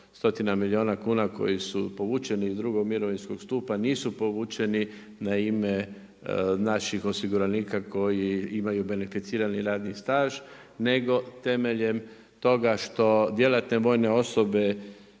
stotina milijuna kuna koji su povučeni iz drugog mirovinskog stupa, nisu povučeni na ime naših osiguranika koji imaju beneficirani radni staž, nego temeljem toga što djelatne vojne osobe,